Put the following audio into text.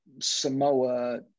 Samoa